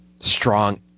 strong